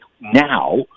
now